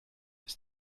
ist